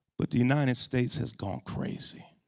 but the united states has gone crazy.